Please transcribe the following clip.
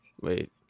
Wait